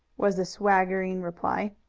was the swaggering reply.